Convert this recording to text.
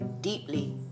deeply